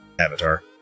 avatar